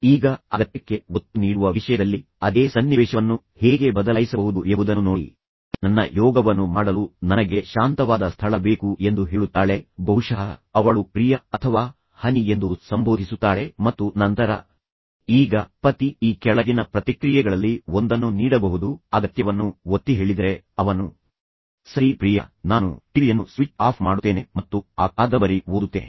ಈಗ ಅಗತ್ಯಕ್ಕೆ ಒತ್ತು ನೀಡುವ ವಿಷಯದಲ್ಲಿ ಅದೇ ಸನ್ನಿವೇಶವನ್ನು ಹೇಗೆ ಬದಲಾಯಿಸಬಹುದು ಎಂಬುದನ್ನು ನೋಡಿ ನನ್ನ ಯೋಗವನ್ನು ಮಾಡಲು ನನಗೆ ಶಾಂತವಾದ ಸ್ಥಳ ಬೇಕು ಎಂದು ಹೇಳುತ್ತಾಳೆ ಬಹುಶಃ ಅವಳು ಪ್ರಿಯ ಅಥವಾ ಹನಿ ಎಂದು ಸಂಬೋಧಿಸುತ್ತಾಳೆ ಮತ್ತು ನಂತರ ಈಗ ಪತಿ ಈ ಕೆಳಗಿನ ಪ್ರತಿಕ್ರಿಯೆಗಳಲ್ಲಿ ಒಂದನ್ನು ನೀಡಬಹುದು ಅಗತ್ಯವನ್ನು ಒತ್ತಿಹೇಳಿದರೆ ಅವನು ಸರಳವಾಗಿ ಸರಿ ಪ್ರಿಯ ನಾನು ಟಿವಿ ಯನ್ನು ಸ್ವಿಚ್ ಆಫ್ ಮಾಡುತ್ತೇನೆ ಮತ್ತು ಆ ಕಾದಂಬರಿಯನ್ನು ಓದುತ್ತೇನೆ